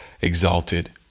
exalted